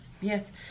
yes